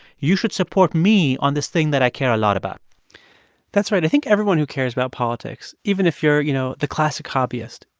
you should support me on this thing that i care a lot about that's right. i think everyone who cares about politics, even if you're, you know, the classic hobbyist,